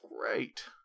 great